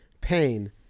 pain